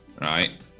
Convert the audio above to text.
right